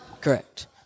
Correct